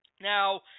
Now